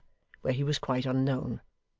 where he was quite unknown.